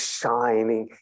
shining